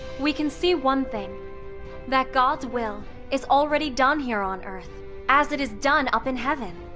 we can see one thing that god's will is already done here on earth as it is done up in heaven.